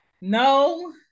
no